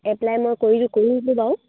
apply মই